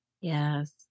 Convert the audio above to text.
yes